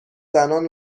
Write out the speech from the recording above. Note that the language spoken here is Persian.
زنان